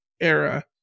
era